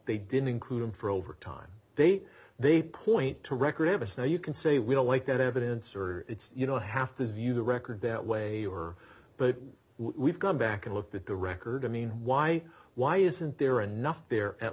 they didn't include him for overtime they they point to record of us now you can say we don't like evidence or it's you know have to view the record that way or but we've gone back and looked at the record i mean why why isn't there a nothing there at